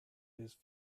this